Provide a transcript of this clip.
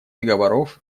договоров